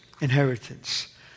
inheritance